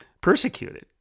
persecuted